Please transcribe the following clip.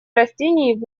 растений